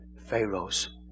Pharaoh's